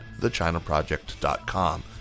thechinaproject.com